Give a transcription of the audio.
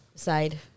Side